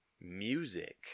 Music